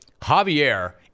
Javier